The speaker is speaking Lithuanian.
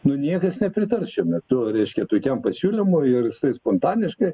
nu niekas nepritars šiuo metu reiškia tokiam pasiūlymui ir jisai spontaniškai